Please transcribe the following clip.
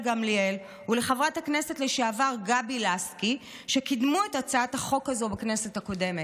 גמליאל ולחברת הכנסת לשעבר גבי לסקי שקידמו את הצעת החוק הזו בכנסת הקודמת.